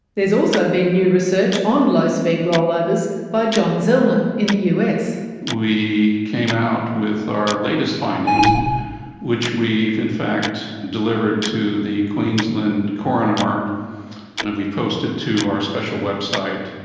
there's also been new research on low speed rollovers by john zellner, in the us. we came out with our latest findings which we've in fact delivered to the queensland coroner and we posted to our special website,